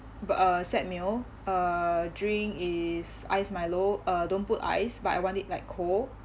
b~ uh set meal uh drink is iced milo uh don't put ice but I want it like cold